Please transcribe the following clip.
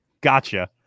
Gotcha